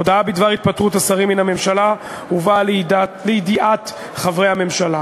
הודעה בדבר התפטרות השרים מן הממשלה הובאה לידיעת חברי הממשלה.